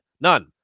None